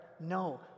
no